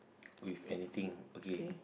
with anything okay